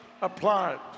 applied